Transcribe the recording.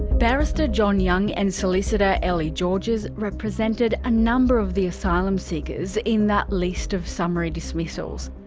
barrister john young and solicitor elee georges represented a number of the asylum seekers in that list of summary dismissals.